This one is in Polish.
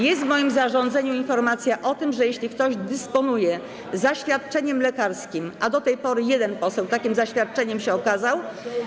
Jest w moim zarządzeniu informacja o tym, że jeśli ktoś dysponuje zaświadczeniem lekarskim, a do tej pory jeden poseł takie zaświadczeniem okazał.